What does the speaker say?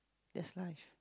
that's life